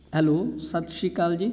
hello ਸਤਿ ਸ਼੍ਰੀ ਅਕਾਲ ਜੀ